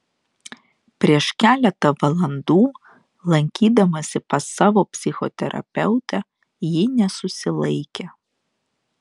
prieš keletą valandų lankydamasi pas savo psichoterapeutę ji nesusilaikė